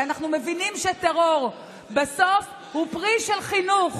כי אנחנו מבינים שבסוף הטרור הוא פרי של חינוך,